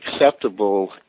acceptable